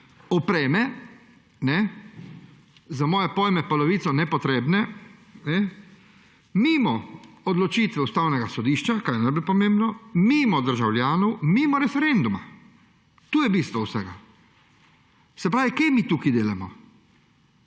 opreme – za moje pojme polovico nepotrebne – mimo odločitve Ustavnega sodišča, kar je najbolj pomembno, mimo državljanov, mimo referenduma. To je bistvo vsega. Kaj mi tukaj delamo?